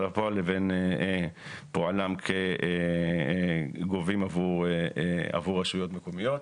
לפועל לבין פועלם כגובים עבור רשויות מקומיות.